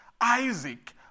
Isaac